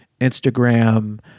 Instagram